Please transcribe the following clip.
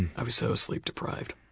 i was so sleep deprived.